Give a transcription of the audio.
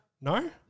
No